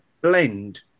blend